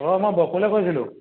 অঁ মই বকুলে কৈছিলোঁ